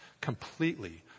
completely